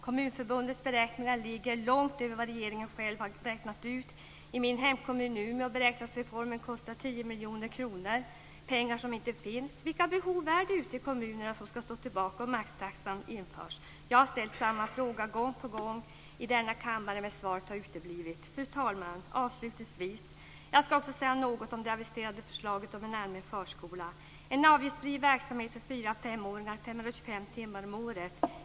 Kommunförbundets beräkningar ligger långt över vad regeringen själv har räknat ut. I min hemkommun Umeå beräknas reformen kosta 10 miljoner kronor. Pengar som inte finns. Vilka behov ute i kommunerna är det som ska stå tillbaka om maxtaxan införs? Jag har ställt samma fråga gång på gång i denna kammare, men svaret har uteblivit. Fru talman! Avslutningsvis ska jag också säga något om det aviserade förslaget om en allmän förskola; en avgiftsfri verksamhet för 4-5-åringar 525 timmar om året.